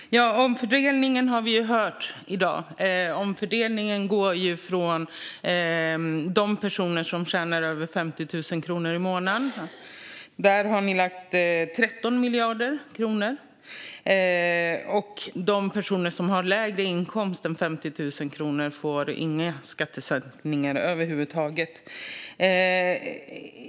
Fru talman! Ja, omfördelningen har vi ju hört om i dag. Omfördelningen går från dem som tjänar över 50 000 i månaden, och där har ni lagt 13 miljarder kronor. De personer som har lägre inkomster än 50 000 kronor får inga skattesänkningar över huvud taget.